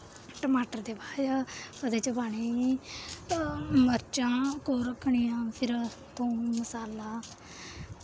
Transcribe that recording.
टमाटर दे बाच ओह्दे च पाने मर्चां ओह् रखनियां फिर थूम मसाला